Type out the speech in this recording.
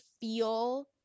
feel